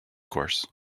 course